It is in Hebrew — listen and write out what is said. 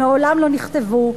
שמעולם לא נכתבו,